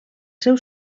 seu